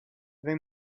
they